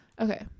okay